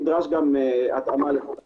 נדרשת גם התאמה לחוק החשמל,